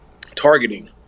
targeting